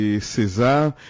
César